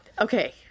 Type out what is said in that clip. Okay